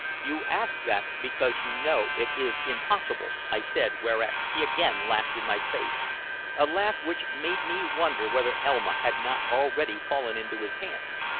you ask that because you know it is impossible, i said, whereat he again laughed in my face a laugh which made me wonder whether elma had not already fallen into his hands.